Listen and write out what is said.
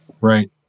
Right